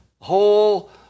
Whole